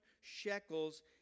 shekels